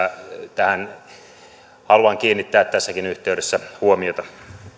tähän haluan kiinnittää tässäkin yhteydessä huomiota